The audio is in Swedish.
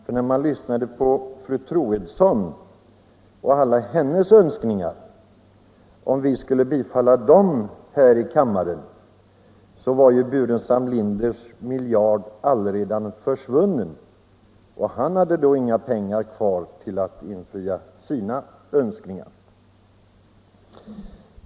Om vi skulle bifalla alla fru Troedssons önskningar här i riksdagen skulle herr Burenstam Linders miljard alla redan vara försvunnen, och han skulle inte ha några pengar kvar för att infria sina önskningar.